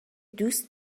دوست